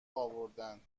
آوردن